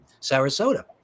Sarasota